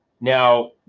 Now